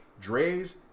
Dre's